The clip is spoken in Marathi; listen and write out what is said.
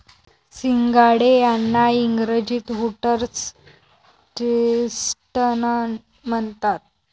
सिंघाडे यांना इंग्रजीत व्होटर्स चेस्टनट म्हणतात